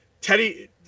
Teddy